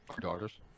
daughters